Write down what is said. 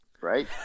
right